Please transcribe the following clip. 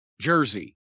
jersey